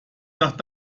nach